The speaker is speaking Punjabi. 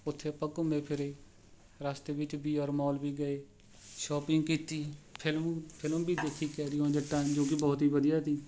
ਉੱਥੇ ਆਪਾਂ ਘੁੰਮੇ ਫਿਰੇ ਰਸਤੇ ਵਿੱਚ ਵੀ ਆਰ ਮੋਲ ਵੀ ਗਏ ਸ਼ੌਪਿੰਗ ਕੀਤੀ ਫਿਲਮ ਫਿਲਮ ਵੀ ਦੇਖੀ ਕੈਰੀ ਓਨ ਜੱਟਾ ਜੋ ਕਿ ਬਹੁਤ ਹੀ ਵਧੀਆ ਸੀ